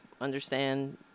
understand